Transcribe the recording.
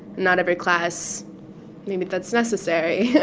not every class maybe that's necessary. yeah,